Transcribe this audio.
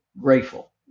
grateful